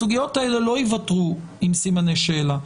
הסוגיות האלה לא ייוותרו עם סימני שאלה.